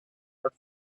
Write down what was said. hard